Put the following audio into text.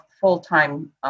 full-time